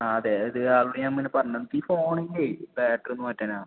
ആ അതെ ഇത് ആളോട് ഞാൻ പിന്നെ പറഞ്ഞ് ഈ ഫോണിൻ്റെ ബാറ്ററി ഒന്ന് മാറ്റാനാണ്